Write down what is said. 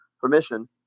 permission